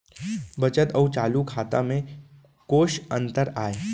बचत अऊ चालू खाता में कोस अंतर आय?